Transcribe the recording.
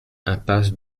impasse